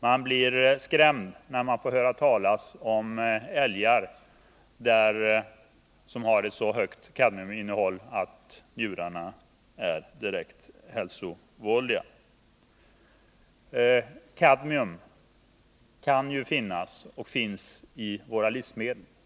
Man blir skrämd när man får höra talas om älgar med ett så högt kadmiuminnehåll att njurarna är direkt hälsovådliga. Kadmium kan ju finnas och finns i våra livsmedel.